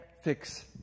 fix